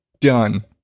done